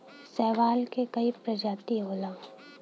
शैवाल के कई प्रजाति होला